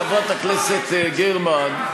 חברת הכנסת גרמן,